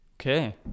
Okay